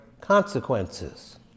consequences